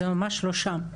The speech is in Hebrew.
זה ממש לא שם.